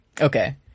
Okay